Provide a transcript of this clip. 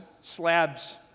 slabs